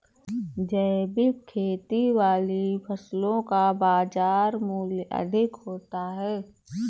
जैविक खेती वाली फसलों का बाज़ार मूल्य अधिक होता है